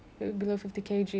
but that wasn't happy